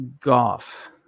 Goff